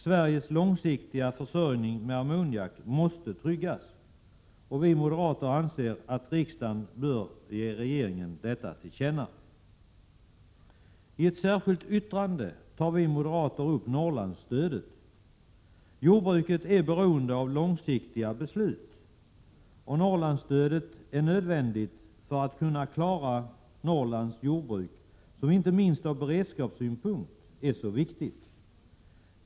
Sveriges långsiktiga försörjning med ammoniak måste tryggas. Vi moderater anser att riksdagen bör ge regeringen detta till känna. I ett särskilt yttrande tar vi moderater upp Norrlandsstödet. Jordbruket är beroende av långsiktiga beslut, och Norrlandsstödet är nödvändigt för att kunna klara Norrlands jordbruk som är så viktigt inte minst ur beredskapssynpunkt.